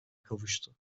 kavuştu